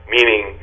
Meaning